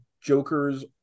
Joker's